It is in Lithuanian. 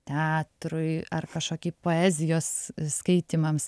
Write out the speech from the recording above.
teatrui ar kažkokiai poezijos skaitymams